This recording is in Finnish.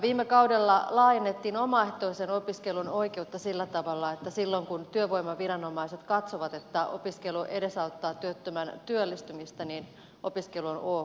viime kaudella laajennettiin omaehtoisen opiskelun oikeutta sillä tavalla että silloin kun työvoimaviranomaiset katsovat että opiskelu edesauttaa työttömän työllistymistä niin opiskelu on ok